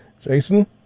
Jason